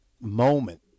moment